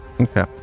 Okay